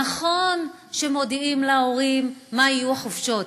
נכון שמודיעים להורים מתי יהיו החופשות,